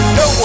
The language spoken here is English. no